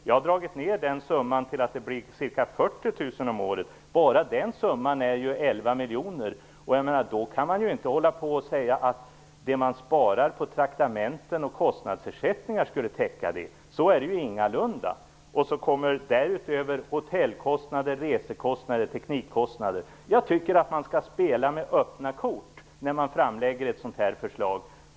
Jag har dragit ned den summan till ca 40 000 om året. Bara den summan blir ju elva miljoner. Då kan man inte säga att det man sparar på traktamenten och kostnadsersättningar skulle täcka detta. Så är det ju ingalunda. Därutöver kommer hotellkostnader, resekostnader och teknikkostnader. Jag tycker att man skall spela med öppna kort när man framlägger ett sådant här förslag.